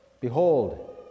behold